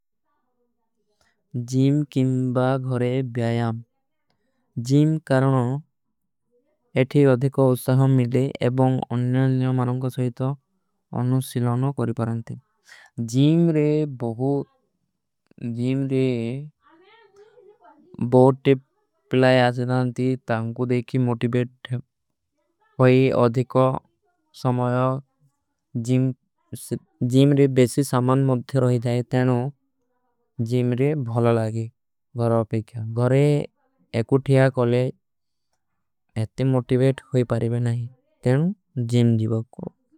ଜୀମ କିଂବା ଘରେ ବ୍ଯାଯାମ ଜୀମ କାରଣ ଏଠୀ ଅଧିକା ଉସ୍ତାହମ। ମିଲେ ଏବଂଗ ଅନ୍ଯାଲ୍ଯମାରଂଗ ସହୀତ ଅନୁଶିଲାନ କରୀ ପରଂତେ। ଜୀମ ରେ ବହୁତ ପିଲାଈ ଆଚେ ଦାନତୀ ତାଂକୋ ଦେଖୀ। ମୋଟିବେଟ ହୈ ଜୀମ କାରଣ ଏଠୀ ଅଧିକା। ଉସ୍ତାହମ ମିଲେ ଏବଂଗ ଅନ୍ଯାଲ୍ଯମାରଂଗ। ସହୀତ ଆଚେ ଦାନତୀ ତାଂକୋ ଦେଖୀ ମୋଟିବେଟ ହୈ।